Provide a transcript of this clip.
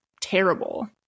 terrible